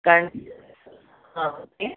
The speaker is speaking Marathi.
कारण हा ओके